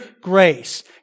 grace